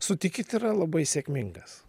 sutikit yra labai sėkmingas